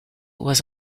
was